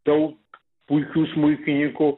daug puikių smuikininkų